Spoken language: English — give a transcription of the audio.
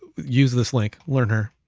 use this link, learn her.